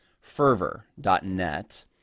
fervor.net